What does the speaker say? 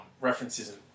references